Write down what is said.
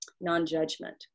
non-judgment